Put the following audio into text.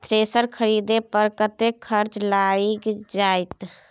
Thresher खरीदे पर कतेक खर्च लाईग जाईत?